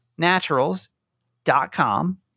Naturals.com